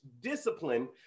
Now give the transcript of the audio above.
discipline